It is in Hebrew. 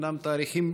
אומנם תאריכים